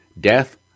death